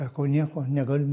sakau nieko negaliu